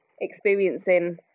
experiencing